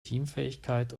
teamfähigkeit